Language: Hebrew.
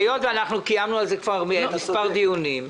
היות ואנחנו קיימנו על זה כבר מספר דיונים,